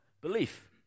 belief